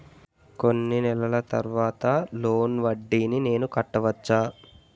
కొన్ని నెలల తర్వాత లోన్ వడ్డీని నేను కట్టవచ్చా?